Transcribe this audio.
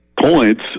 points